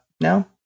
No